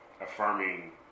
affirming